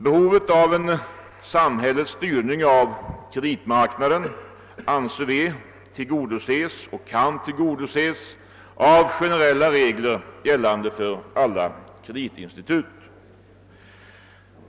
Behovet av en samhällets styr ning av kreditmarknaden tillgodoses och kan tillgodoses av generella regler gällande för alla kreditinstitut.